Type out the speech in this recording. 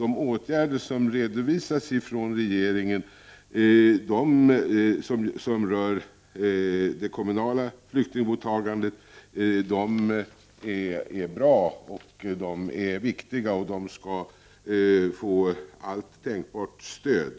De åtgärder som redovisas från regeringen och som rör det kommunala flyktingmottagandet är bra och viktiga och skall få allt tänkbart stöd.